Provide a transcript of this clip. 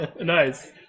Nice